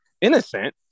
innocent